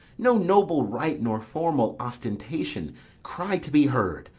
no noble rite nor formal ostentation cry to be heard,